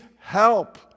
help